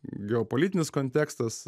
geopolitinis kontekstas